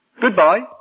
Goodbye